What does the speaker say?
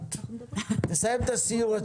גם לך אני חייב.